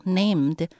named